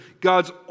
God's